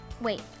Wait